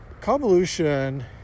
convolution